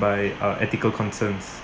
by uh ethical concerns